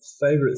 favorite